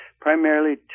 primarily